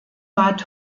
bad